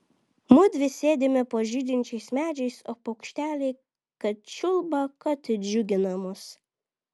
mudvi sėdime po žydinčiais medžiais o paukšteliai kad čiulba kad džiugina mus